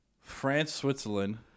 France-Switzerland